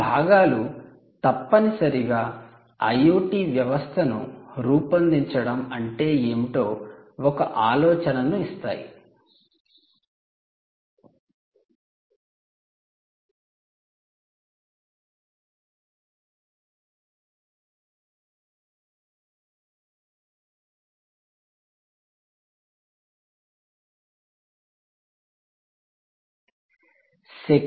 ఈ భాగాలు తప్పనిసరిగా IoT వ్యవస్థను రూపొందించడం అంటే ఏమిటో ఒక ఆలోచనను ఇస్తాయి